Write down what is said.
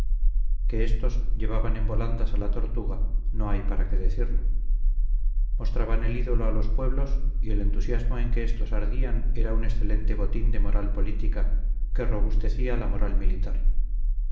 que éstos llevaban en volandas a la tortuga no hay para qué decirlo mostraban el ídolo a los pueblos y el entusiasmo en que éstos ardían era un excelente botín de moral política que robustecía la moral militar